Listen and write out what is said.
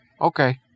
Okay